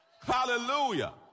Hallelujah